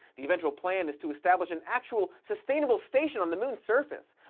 the eventual plan is to establish an actual sustainable station on the moon's surface,